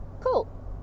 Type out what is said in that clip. Cool